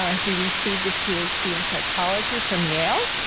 ah he received his ph d. in pyschology from yale.